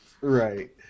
right